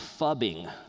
fubbing